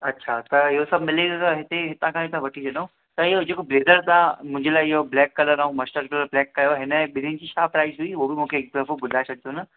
अछा त इहो सभु मिली करे हिते हितां खां ई वठी था हलूं त इहो जेको ब्लेज़र तव्हां मुंहिंजे लाइ इहो ब्लेक कलर ऐं मस्टर कलर पेक कयुव हिन जे ॿिन्हिनि जी छा प्राइज़ हुई हू बि मूंखे हिकु दफ़ो बुधाए छॾिजो न